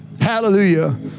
Hallelujah